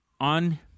on